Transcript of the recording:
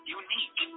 unique